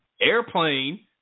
airplane